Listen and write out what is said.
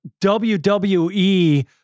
WWE